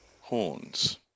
horns